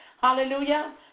Hallelujah